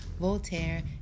Voltaire